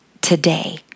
today